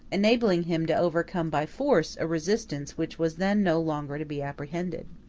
enabling him to overcome by force a resistance which was then no longer to be apprehended.